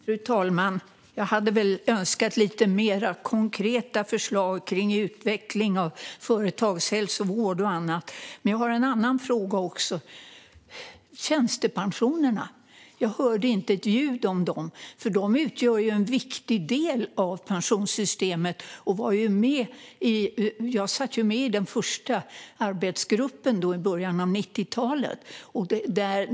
Fru talman! Jag hade väl önskat lite mer konkreta förslag kring utveckling av företagshälsovård och annat. Men jag har också en annan fråga. Jag hörde inte ett ljud om tjänstepensionerna. De utgör en viktig del av pensionssystemet. Jag satt med i den första arbetsgruppen i början av 90talet.